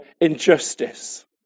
injustice